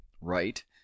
right